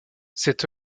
cette